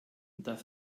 das